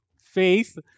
faith